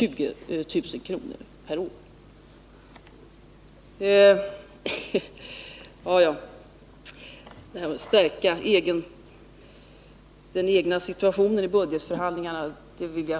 Jag skulle vara ute efter att stärka den egna positionen i budgetförhandlingarna, enligt